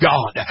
God